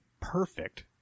perfect